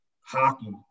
hockey